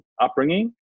upbringing